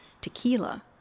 tequila